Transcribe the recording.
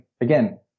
again